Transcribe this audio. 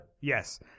yes